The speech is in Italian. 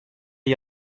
gli